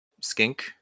skink